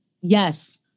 Yes